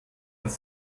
das